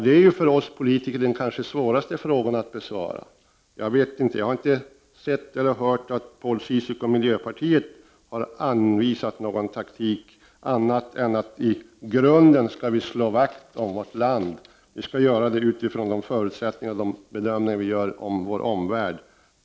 Det är den för oss politiker kanske svåraste frågan att besvara. Jag har inte sett eller hört att Paul Ciszuk eller miljöpartiet har anvisat någon annan taktik än att vi skall slå vakt om vårt land utifrån de förutsättningar vi har och de bedömningar vi gör om vår omvärld.